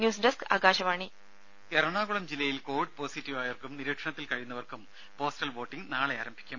news desk Akashvani രുമ എറണാകുളം ജില്ലയിൽ Covid പോസ്റ്റീവായവർക്കും നിരീക്ഷണത്തിൽ കഴിയുന്നവർക്കും പോസ്റ്റൽ വോട്ടിങ് നാളെ ആരംഭിക്കും